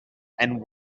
and